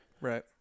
right